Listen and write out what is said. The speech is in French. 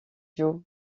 joe